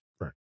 Right